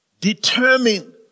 Determine